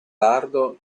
lardo